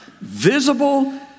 Visible